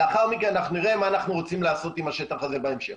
לאחר מכן אנחנו נראה מה אנחנו רוצים לעשות עם השטח הזה בהמשך.